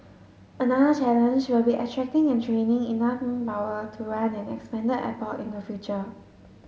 another challenge will be attracting and training enough power to run an expanded airport in the future